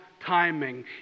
Timing